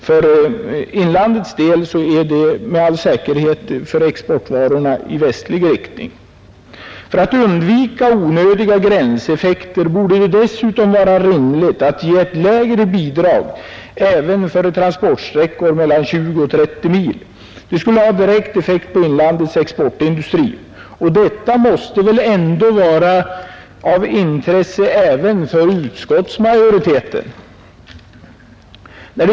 För inlandets del är det med all säkerhet för exportvarorna västlig riktning. För att undvika onödiga gränseffekter borde det dessutom vara rimligt att ge ett lägre bidrag även för transportsträckor mellan 20 och 30 mil. Detta skulle ha direkt effekt på inlandets exportindustri, och det måste väl ändå vara av intresse även för utskottsmajoriteten.